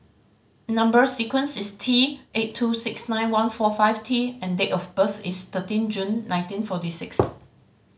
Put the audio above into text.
number sequence is T eight two six nine one four five T and date of birth is thirteen June nineteen forty six